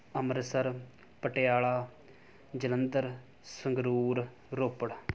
Amritsar Patiala Jalandhar Sangrur Ropar